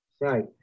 Right